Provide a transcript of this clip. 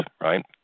right